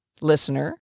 listener